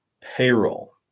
payroll